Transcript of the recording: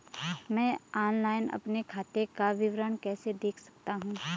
मैं ऑनलाइन अपने खाते का विवरण कैसे देख सकता हूँ?